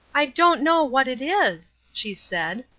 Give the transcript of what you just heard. i don't know what it is she said.